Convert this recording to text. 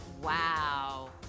Wow